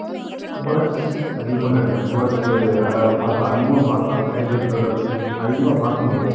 birds அதிகமாக கிடைக்கும் birds பார்க்கலாம் அதிகமாக பார்க்கலாம் கிடைக்குன்றத அதிகமாக பார்க்கமுடியும்